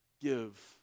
give